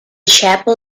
chapel